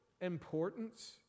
importance